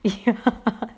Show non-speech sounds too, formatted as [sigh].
ya [laughs]